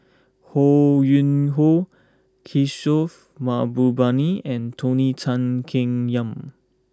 Ho Yuen Hoe Kishore Mahbubani and Tony Tan Keng Yam